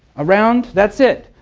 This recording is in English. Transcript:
around that's it.